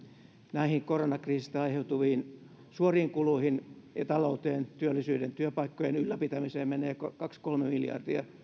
näihin koronakriisistä aiheutuviin suoriin kuluihin ja talouteen työllisyyden työpaikkojen ylläpitämiseen menee kaksi viiva kolme miljardia